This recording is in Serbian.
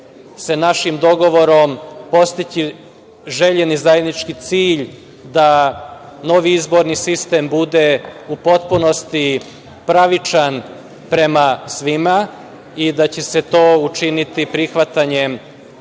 se našim dogovorom postići željeni zajednički cilj da novi izborni sistem bude u potpunosti pravičan prema svima i da će se to učiniti prihvatanjem